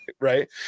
right